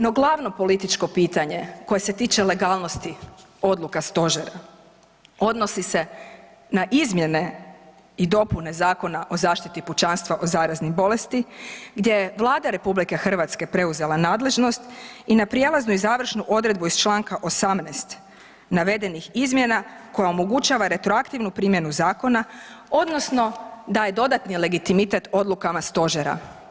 No, glavno političko pitanje koje se tiče legalnosti odluka stožera odnosi se na izmjene i dopune Zakona o zaštiti pučanstva od zaraznih bolesti gdje je Vlada RH preuzela nadležnost i na prijelaznu i završnu odredbu iz Članka 18. navedenih izmjena koja omogućava retroaktivnu primjenu zakona odnosno daje dodatni legitimitet odlukama stožera.